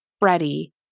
Freddie